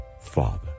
Father